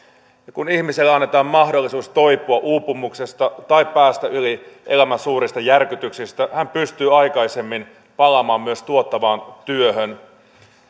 kun ihmiselle annetaan mahdollisuus toipua uupumuksesta tai päästä yli elämän suurista järkytyksistä hän pystyy aikaisemmin palaamaan myös tuottavaan työhön